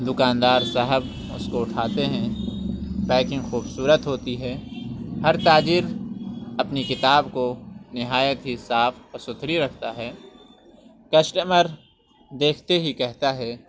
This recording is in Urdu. دکاندار صاحب اس کو اٹھاتے ہیں پیکنگ خوبصورت ہوتی ہے ہر تاجر اپنی کتاب کو نہایت ہی صاف اور ستھری رکھتا ہے کسٹمر دیکھتے ہی کہتا ہے